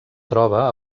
troba